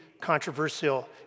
controversial